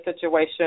situation